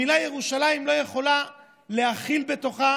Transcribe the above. המילה "ירושלים" לא יכולה להכיל בתוכה